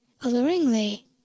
alluringly